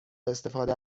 استفاده